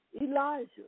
Elijah